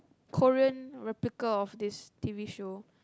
Korean replica of this t_v show